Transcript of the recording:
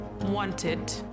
wanted